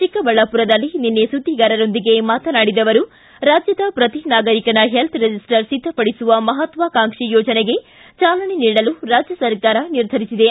ಚಿಕ್ಕಬಳ್ಳಾಪುರದಲ್ಲಿ ನಿನ್ನೆ ಸುದ್ದಿಗಾರರೊಂದಿಗೆ ಮಾತನಾಡಿದ ಅವರು ರಾಜ್ಯದ ಪ್ರತಿ ನಾಗರಿಕನ ಹೆಲ್ತ್ ರಿಜಿಸ್ಟರ್ ಸಿದ್ಧಪಡಿಸುವ ಮಹತ್ವಾಕಾಂಕ್ಷಿ ಯೋಜನೆಗೆ ಚಾಲನೆ ನೀಡಲು ರಾಜ್ಯ ಸರ್ಕಾರ ನಿರ್ಧರಿಸಿದೆ